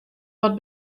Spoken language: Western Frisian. wat